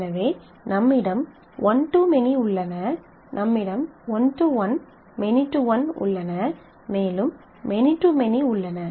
எனவே நம்மிடம் one to many உள்ளன நம்மிடம் one to one many to one உள்ளன மேலும் மெனி டு மெனி உள்ளன